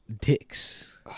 dicks